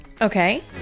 Okay